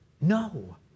No